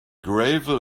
gravel